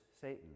Satan